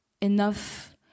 enough